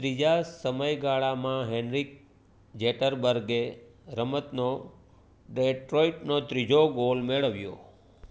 ત્રીજા સમયગાળામાં હેનરિક ઝેટરબર્ગે રમતનો ડેટ્રોઇટનો ત્રીજો ગોલ મેળવ્યો